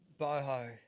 Boho